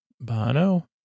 Bono